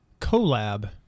collab